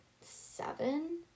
seven